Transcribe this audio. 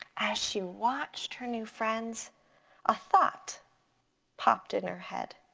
as she watched her new friends a thought popped in her head.